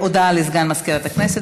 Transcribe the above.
הודעה לסגן מזכירת הכנסת.